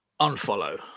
unfollow